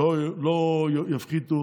לא יפחיתו